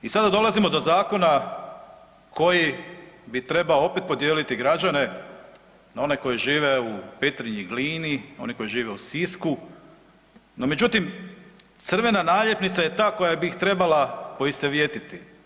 I sada dolazimo do zakona koji bi trebao opet podijeliti građane na one koji žive u Petrinji, Glini, one koji žive u Sisku no međutim crvena naljepnica je ta koja bi ih trebala poistovjetiti.